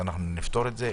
נעשה כן,